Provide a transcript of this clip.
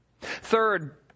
Third